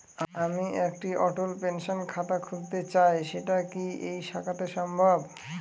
আমি একটি অটল পেনশন খাতা খুলতে চাই সেটা কি এই শাখাতে সম্ভব?